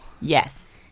Yes